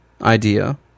idea